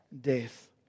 death